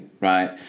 right